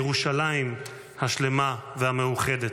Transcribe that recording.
ירושלים השלמה והמאוחדת.